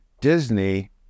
Disney